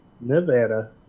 Nevada